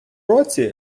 році